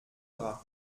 drap